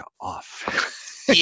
off